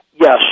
Yes